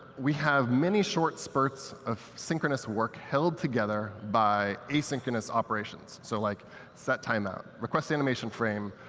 we have many short spurts of synchronous work held together by asynchronous operations. so like set timeout, request animation frame,